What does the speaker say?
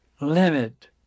limit